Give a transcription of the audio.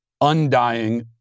undying